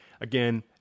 Again